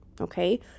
Okay